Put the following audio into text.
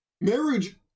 Marriage